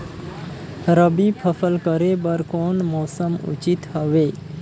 रबी फसल करे बर कोन मौसम उचित हवे?